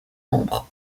membres